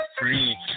free